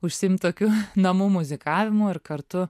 užsiimt tokiu namų muzikavimu ir kartu